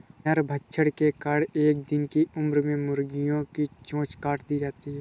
नरभक्षण के कारण एक दिन की उम्र में मुर्गियां की चोंच काट दी जाती हैं